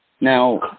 Now